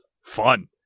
Fun